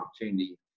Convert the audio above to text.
opportunity